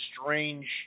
strange